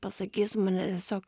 pasakysiu mane tiesiog